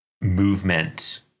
movement